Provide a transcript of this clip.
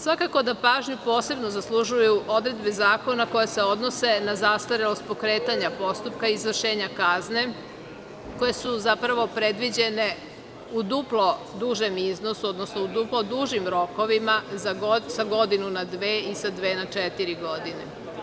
Svakako da pažnju posebno zaslužuju odredbe zakona koje se odnose na zastarelost pokretanja postupka i izvršenja kazne, koje su zapravo predviđene u duplo dužem iznosu, odnosno u duplo dužim rokovima sa godinu na dve i sa dve na četiri godine.